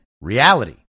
reality